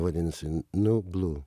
vadinasi nublu